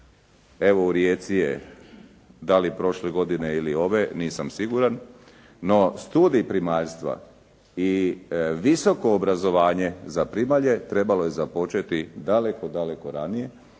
evo u Rijeci je, da li prošle godine ili ove, nisam siguran, no studij primaljstva i visoko obrazovanje za primalje trebalo je započeti daleko, daleko ranije